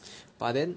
but then